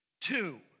Two